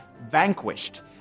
vanquished